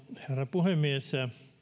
puhemies